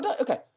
Okay